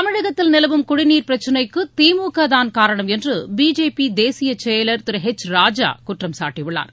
தமிழகத்தில் நிலவும் குடிநீர் பிரச்னைக்கு திமுகதான் காரணம் என்று பிஜேபி தேசியச் செயலர் திரு எச்ராஜா குற்றம் சாட்டியுள்ளார்